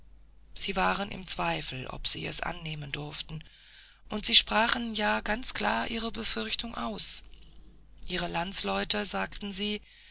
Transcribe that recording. sie waren im zweifel ob sie es annehmen durften und sie sprachen ja ganz klar ihre befürchtung aus ihre landsleute sagten sie